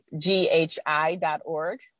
ghi.org